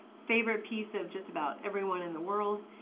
favorite piece of just about everyone in the world,